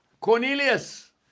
Cornelius